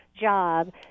job